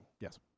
Yes